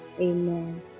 Amen